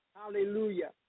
Hallelujah